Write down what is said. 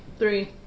Three